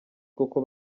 koko